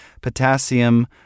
potassium